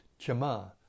Chama